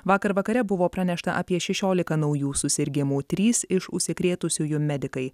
vakar vakare buvo pranešta apie šešiolika naujų susirgimų trys iš užsikrėtusiųjų medikai